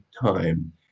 time